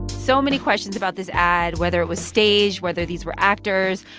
so many questions about this ad whether it was staged, whether these were actors,